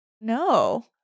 no